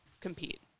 compete